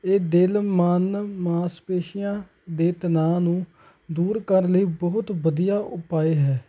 ਇਹ ਦਿਲ ਮਨ ਮਾਸਪੇਸ਼ੀਆਂ ਦੇ ਤਣਾਅ ਨੂੰ ਦੂਰ ਕਰਨ ਲਈ ਬਹੁਤ ਵਧੀਆ ਉਪਾਅ ਹੈ